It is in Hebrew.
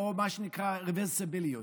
מה שנקרא "רברסביליות".